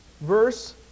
Verse